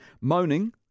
Moaning